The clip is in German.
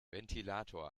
ventilator